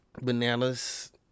Bananas